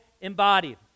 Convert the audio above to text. embodied